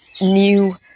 new